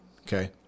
Okay